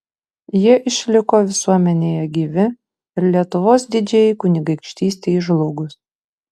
jie išliko visuomenėje gyvi ir lietuvos didžiajai kunigaikštystei žlugus